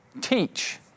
Teach